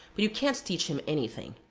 but you can't teach him any thing.